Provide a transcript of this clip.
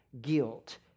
guilt